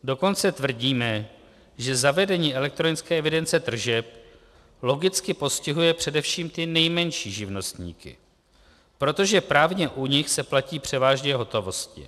Dokonce tvrdíme, že zavedení elektronické evidence tržeb logicky postihuje především ty nejmenší živnostníky, protože právě u nich se platí převážně v hotovosti.